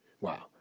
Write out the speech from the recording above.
Wow